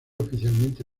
oficialmente